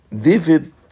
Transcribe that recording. David